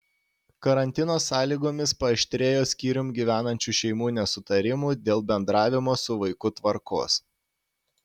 karantino sąlygomis paaštrėjo skyrium gyvenančių šeimų nesutarimų dėl bendravimo su vaiku tvarkos